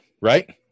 right